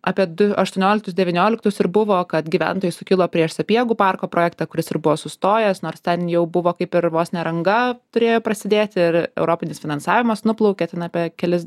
apie du aštuonioliktus devynioliktus ir buvo kad gyventojai sukilo prieš sapiegų parko projektą kuris ir buvo sustojęs nors ten jau buvo kaip ir vos ne ranga turėjo prasidėti ir europinis finansavimas nuplaukė ten apie kelis